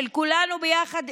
של כולנו ביחד,